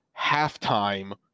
halftime